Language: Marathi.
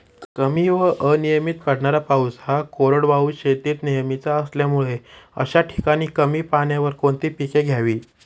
कमी व अनियमित पडणारा पाऊस हा कोरडवाहू शेतीत नेहमीचा असल्यामुळे अशा ठिकाणी कमी पाण्यावर कोणती पिके घ्यावी?